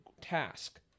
task